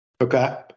okay